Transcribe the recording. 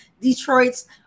detroit's